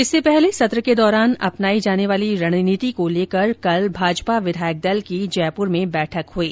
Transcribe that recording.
इससे पहले सत्र के दौरान अपनाई जाने वाली रणनीति को लेकर कल भाजपा विधायक दल की जयप्र में बैठक हुई